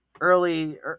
early